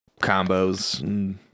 combos